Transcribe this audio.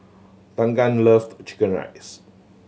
Tegan loved chicken rice